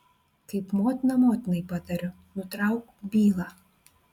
kaip motina motinai patariu nutrauk bylą